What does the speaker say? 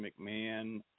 McMahon